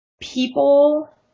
People